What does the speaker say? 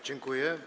Dziękuję.